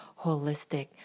holistic